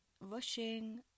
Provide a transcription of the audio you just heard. rushing